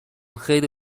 خیلی